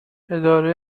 اداره